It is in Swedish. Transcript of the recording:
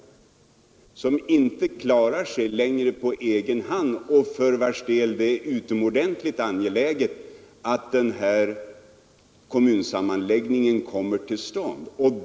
Fredrika klarar sig inte längre på egen hand, och det är utomordentligt angeläget för denna kommun att en sammanläggning kommer till stånd.